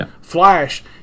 Flash